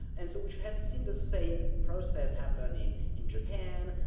and so we should have seen the same process happening in japan,